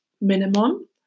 minimum